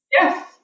Yes